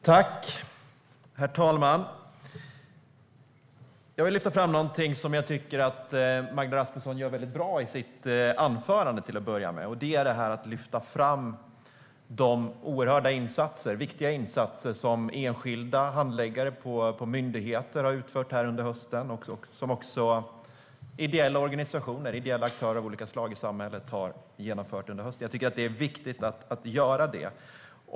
Herr talman! Jag vill lyfta fram någonting som jag tycker att Magda Rasmusson gör bra i sitt anförande, till att börja med. Det handlar om att lyfta fram de oerhört viktiga insatser som enskilda handläggare på myndigheter har utfört under hösten och som också ideella organisationer och aktörer av olika slag i samhället har genomfört under hösten. Jag tycker att det är viktigt att göra det.